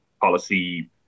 policy